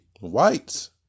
whites